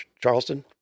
Charleston